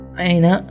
aina